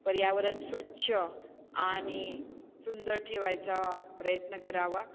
पर्यावरन स्वच्छ आणि सुंदर ठेवायचा प्रयत्न करावा